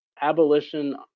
abolition